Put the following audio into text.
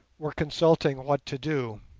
were consulting what to do.